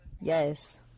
Yes